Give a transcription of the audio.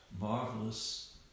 marvelous